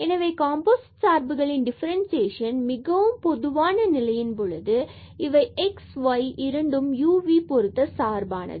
எனவே கம்போசிட் சார்புகளின் டிஃபரண்சியேஷன் மிகவும் பொதுவான நிலையின் பொழுது இவை x மற்றும் y இரண்டும் u மற்றும் v பொருத்த சார்பானது